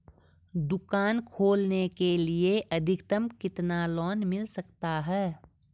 दुकान खोलने के लिए अधिकतम कितना लोन मिल सकता है?